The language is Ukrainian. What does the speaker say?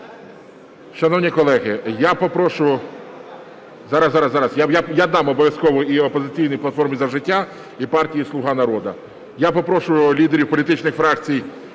Шановні колеги, я попрошу… Зараз. Зараз. Я дам обов'язково і "Опозиційній платформі – За життя", і партії "Слуга народу". Я попрошу лідерів політичних фракцій